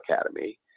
Academy